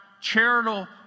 Charitable